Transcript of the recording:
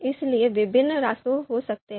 इसलिए विभिन्न रास्ते हो सकते हैं